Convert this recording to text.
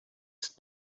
ist